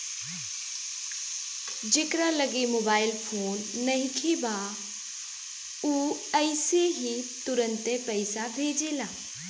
जेकरा लगे mobile phone नइखे उ अइसे ही तुरंते पईसा भेजेला